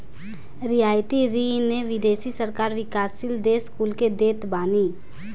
रियायती ऋण विदेशी सरकार विकासशील देस कुल के देत बानी